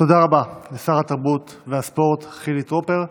תודה רבה לשר התרבות והספורט חילי טרופר.